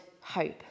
hope